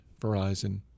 Verizon